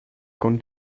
con